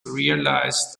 realized